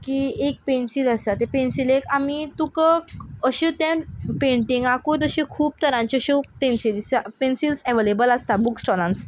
की एक पेंसील आसा ते पेंसिलेक आमी तुक अशें तें पेंटिंगाकूत अशी खूब तरांच्यो अश्यो पेंसिली सा पेंसिल्स एवलेबल आसता बुक स्टॉलांस